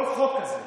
כל חוק כזה